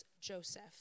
Joseph